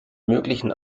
möglichen